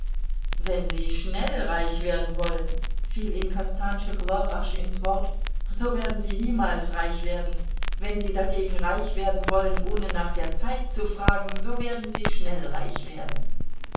wenn sie schnell reich werden wollen fiel ihm kostanschoglo rasch ins wort so werden sie niemals reich werden wenn sie dagegen reich werden wollen ohne nach der zeit zu fragen so werden sie schnell reich werden